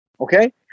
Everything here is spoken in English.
okay